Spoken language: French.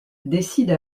décide